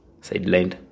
sidelined